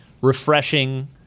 refreshing